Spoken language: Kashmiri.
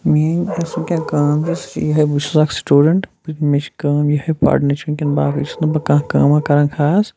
میٲنۍ یۄس وٕنۍکٮ۪ن کٲم چھےٚ سُہ چھِ یِہٕے بہٕ چھُس اَکھ سٹوٗڈَنٛٹ بہٕ مےٚ چھِ کٲم یِہٕے پَرنٕچ وٕنۍکٮ۪ن باقٕے چھُس نہٕ بہٕ کانٛہہ کٲمہ کَران خاص